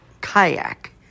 kayak